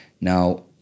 Now